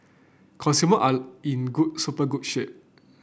consumer are in good super good shape